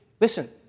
Listen